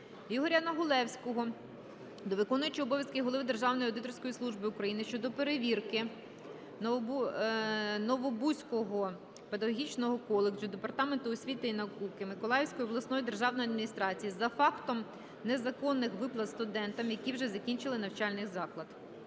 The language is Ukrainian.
Ігоря Негулевського до виконуючої обов'язки Голови Державної аудиторської служби України щодо перевірки "Новобузького педагогічного коледжу" департаменту освіти і науки Миколаївської обласної державної адміністрації за фактом незаконних виплат студентам, які вже закінчили навчальний заклад.